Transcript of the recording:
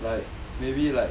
like maybe like